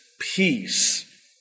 peace